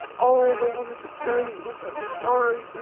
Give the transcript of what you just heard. all i ever wanted to say what's i'm sorry